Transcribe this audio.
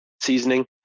seasoning